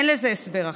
אין לזה הסבר אחר.